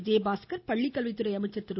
விஜயபாஸ்கர் பள்ளிக் கல்வித் துறை அமைச்சர் திரு